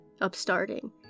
upstarting